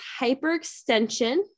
hyperextension